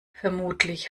vermutlich